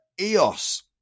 EOS